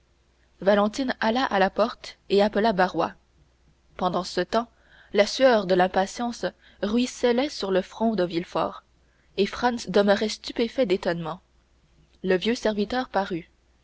valentine alla à la porte et appela barrois pendant ce temps la sueur de l'impatience ruisselait sur le front de villefort et franz demeurait stupéfait d'étonnement le vieux serviteur parut